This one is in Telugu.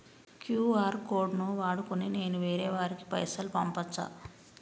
క్యూ.ఆర్ కోడ్ ను వాడుకొని నేను వేరే వారికి పైసలు పంపచ్చా?